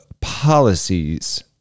policies